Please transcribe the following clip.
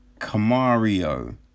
Camario